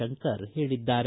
ಶಂಕರ್ ಹೇಳಿದ್ದಾರೆ